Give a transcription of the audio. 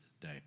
day